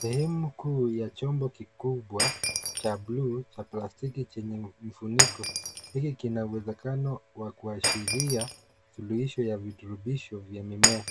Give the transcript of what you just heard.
Sehemu kuu ya chombo kikubwa cha bluu cha plastiki chenye mfuniko, hiki kina uwezekano wa kuashiria suluhisho ya virutubisho vya mimea.